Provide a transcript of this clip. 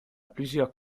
plusieurs